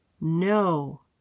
No